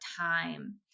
time